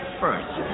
first